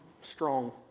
strong